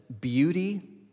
Beauty